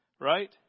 Right